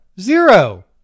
Zero